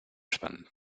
spannend